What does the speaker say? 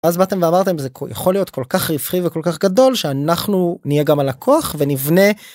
אז באתם ואמרתם זה יכול להיות כל כך ריווחי וכל כך גדול שאנחנו נהיה גם הלקוח ונבנה.